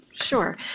Sure